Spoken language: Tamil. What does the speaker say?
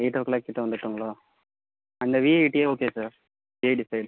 எயிட் ஓ கிளாக்கிட்டே வந்துடட்டுங்களா அந்த விஐடியே ஓகே சார் ஏ டிசைட்